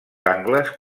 angles